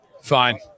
Fine